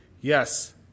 Yes